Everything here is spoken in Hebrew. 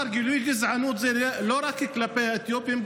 גילויי גזענות זה לא רק כלפי האתיופים.